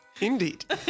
indeed